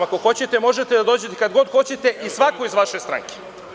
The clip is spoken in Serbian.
Ako hoćete možete da dođete kad god hoćete i svako iz vaše stranke.